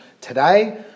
today